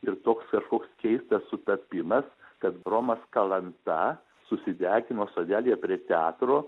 ir toks kažkoks keistas sutapimas kad romas kalanta susidegino sodelyje prie teatro